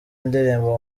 indirimbo